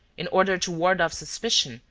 in order to ward off suspicion,